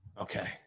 Okay